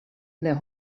their